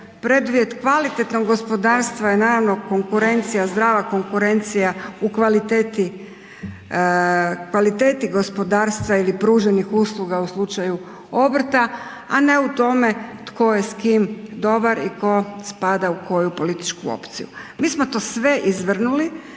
preduvjet kvalitetnog gospodarstva je zdrava konkurencija u kvaliteti gospodarstva ili pruženih usluga u slučaju obrta, a ne u tome tko je s kim dobar i tko spada u koju političku opciju. Mi smo to sve izvrnuli,